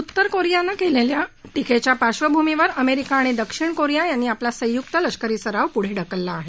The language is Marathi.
उत्तर कोरियाने केलेल्या टिकेच्या पार्श्वभूमीवर अमेरिका आणि दक्षिण कोरिया यांनी आपला संयुक्त लष्करी सराव पुढे ढकलला आहे